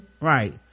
Right